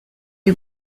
you